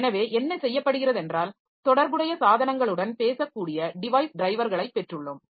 எனவே என்ன செய்யப்படுகிறதென்றால் தொடர்புடைய சாதனங்களுடன் பேசக்கூடிய டிவைஸ் ட்ரைவர்களை பெற்றுள்ளோம்